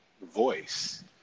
voice